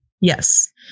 Yes